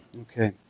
Okay